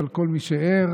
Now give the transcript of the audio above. אבל כל מי שער